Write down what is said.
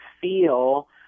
feel